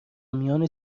میان